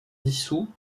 dissous